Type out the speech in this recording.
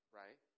right